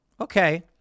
Okay